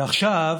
ועכשיו